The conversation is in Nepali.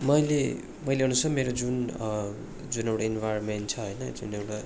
मैले मैले हमेसा मैले जुन जुन एउटा इन्भाइरोमेन्ट छ होइन यो जुन एउटा